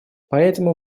поэтому